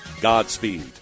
Godspeed